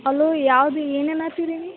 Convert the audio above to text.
hello ಯಾವುದು ಏನೇನು